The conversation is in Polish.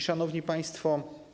Szanowni Państwo!